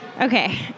Okay